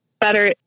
better